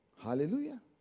Hallelujah